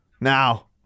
Now